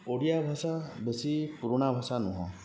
ଓଡ଼ିଆ ଭାଷା ବେଶୀ ପୁରୁଣା ଭାଷା ନୁହଁ